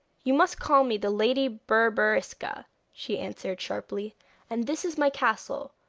you must call me the lady berberisca she answered, sharply and this is my castle,